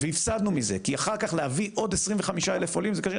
והפסדנו מזה כי אחר כך להביא עוד 25,000 עולים זה קשה.